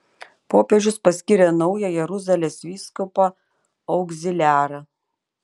popiežius paskyrė naują jeruzalės vyskupą augziliarą